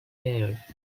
air